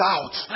Out